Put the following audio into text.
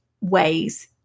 ways